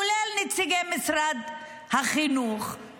כולל נציגי משרד החינוך,